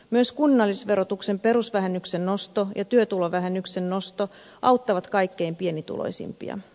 myös kunnallisverotuksen perusvähennyksen nosto ja työtulovähennyksen nosto auttavat kaikkein pienituloisimpia